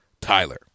Tyler